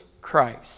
Christ